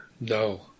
no